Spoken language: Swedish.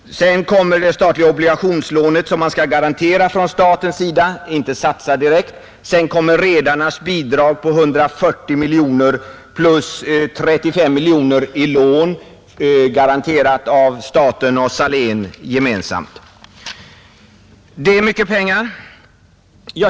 Vidare det obligationslån som staten skall garantera, Vidare tillkommer redarnas bidrag med 140 miljoner plus 35 miljoner i lån garanterat av staten och Salén gemensamt. Det är mycket pengar.